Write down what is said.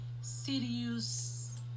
serious